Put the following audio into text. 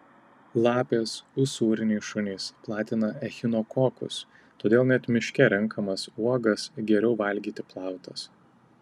lapės usūriniai šunys platina echinokokus todėl net miške renkamas uogas geriau valgyti plautas